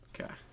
Okay